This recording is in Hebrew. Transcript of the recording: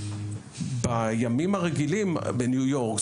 בימים הרגילים בניו יורק,